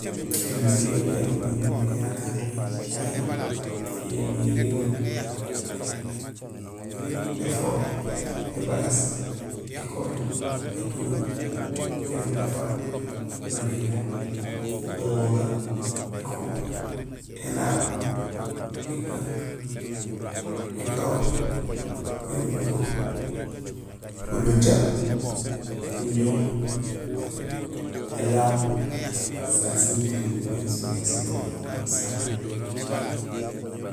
Ēnukuréén yanja érooŋ mé numaal ya kantmé jicaŋéén yo yoomé: érigee, éfool, ébalaas, ékoling, étuguuñ, érungafaal. gawoga, ékuub, énaab, ékunk, ékaaw, érungo, folunca, fuñooŋ, élaam; sasé sinukuréén nimimé so inja sirooŋ mé numaal sa kantmé jicaŋéén.